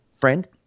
friend